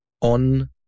on